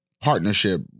partnership